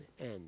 end